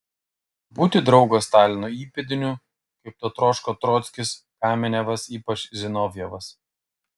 būti draugo stalino įpėdiniu kaip to troško trockis kamenevas ypač zinovjevas